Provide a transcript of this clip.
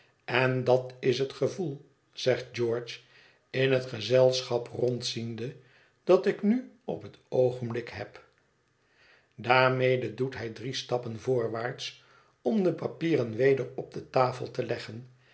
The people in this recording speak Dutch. en dat is het gevoel zegt george in het gezelschap rondziende dat ik nu op het oogenblik heb daarmede doet hij drie stappen voorwaarts om de papieren weder op de tafel te leggen